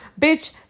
bitch